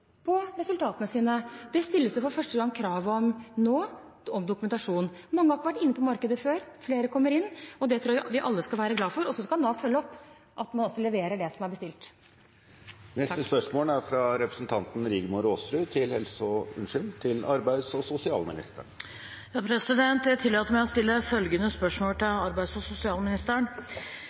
på resultatene sine. Det stilles for første gang nå krav om dokumentasjon. Mange har ikke vært inne på markedet før. Flere kommer inn, og det tror jeg vi alle skal være glade for. Så skal Nav følge opp at man også leverer det som er bestilt. Jeg tillater meg å stille følgende spørsmål til arbeids- og sosialministeren: «Private aktører har vunnet anbud på avklarings- og